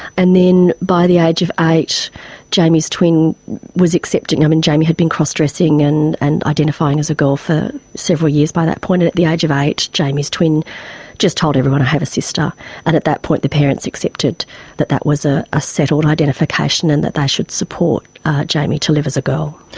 and then by the age of eight jamie's twin was accepting, i mean, jamie had been cross-dressing and and identifying as a girl for several years by that point, and at the age of eight jamie's twin just told everyone, i have a sister and at that point the parents accepted that that was a a settled identification and that they should support jamie to live as a girl.